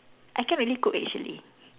I can't really cook actually